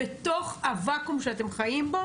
בתוך הוואקום שאתם חיים בו,